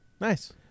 Nice